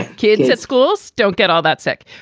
kids at schools don't get all that sick.